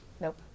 Nope